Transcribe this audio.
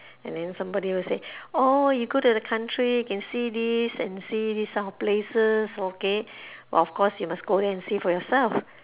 and then somebody will say orh you go to the country can see this and see this kind of places okay but of course you must go there and see for yourself